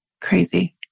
Crazy